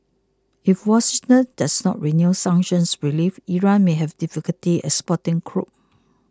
if Washington does not renew sanctions relief Iran may have difficulty exporting crude